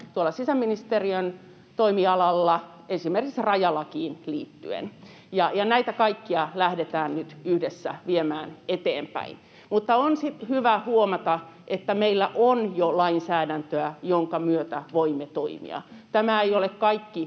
sisäministeriön toimialalla esimerkiksi rajalakiin liittyen. Näitä kaikkia lähdetään nyt yhdessä viemään eteenpäin. Mutta on sitten hyvä huomata, että meillä on jo lainsäädäntöä, jonka myötä voimme toimia. Tämä ei ole kaikki